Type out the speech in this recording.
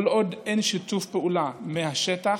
כל עוד אין שיתוף פעולה מהשטח,